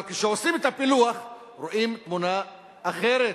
אבל כשעושים את הפילוח, רואים תמונה אחרת,